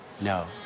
No